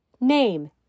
Name